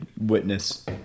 witness